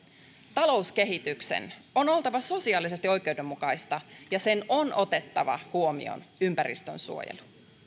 talouskehityksen on oltava sosiaalisesti oikeudenmukaista ja sen on otettava huomioon ympäristönsuojelu